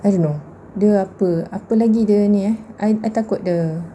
I don't know dia apa apa lagi dia ni eh I takut dia